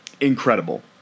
Incredible